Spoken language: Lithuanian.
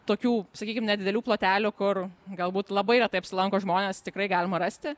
tokių sakykim nedidelių plotelių kur galbūt labai retai apsilanko žmonės tikrai galima rasti